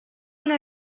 una